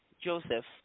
Joseph